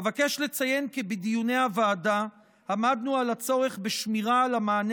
אבקש לציין כי בדיוני הוועדה עמדנו על הצורך בשמירה על המענה